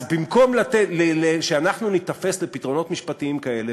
אז במקום שאנחנו ניתפס לפתרונות משפטיים כאלה,